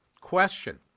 question